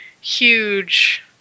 huge